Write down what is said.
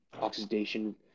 oxidation